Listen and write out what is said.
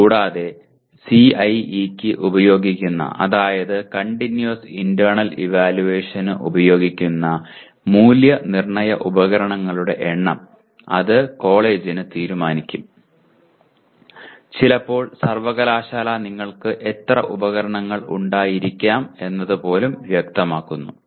കൂടാതെ CIE യ്ക്ക് ഉപയോഗിക്കുന്ന അതായതു കണ്ടിന്യൂസ് ഇന്റെർണൽ ഇവാലുവേഷൻ ഉപയോഗിക്കുന്ന മൂല്യനിർണ്ണയ ഉപകരണങ്ങളുടെ എണ്ണം അത് കോളേജ് തീരുമാനിക്കും ചിലപ്പോൾ സർവകലാശാല നിങ്ങൾക്ക് എത്ര ഉപകരണങ്ങൾ ഉണ്ടായിരിക്കാം എന്നത് പോലും വ്യക്തമാക്കുന്നു